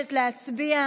מבקשת להצביע.